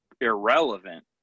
irrelevant